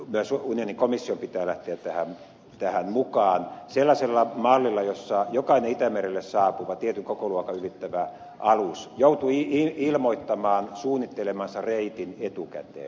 myös unionin komission pitää lähteä tähän mukaan sellaisella mallilla jossa jokainen itämerelle saapuva tietyn kokoluokan ylittävä alus joutuu ilmoittamaan suunnittelemansa reitin etukäteen